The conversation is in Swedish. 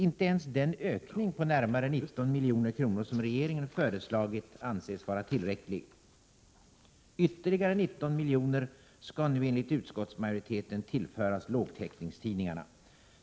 Inte ens den ökning på närmare 19 milj.kr. som regeringen föreslagit anses vara tillräcklig. Ytterligare 19 milj.kr. skall nu enligt utskottsmajoriteten tillföras lågtäckningstidningarna.